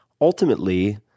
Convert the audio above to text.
ultimately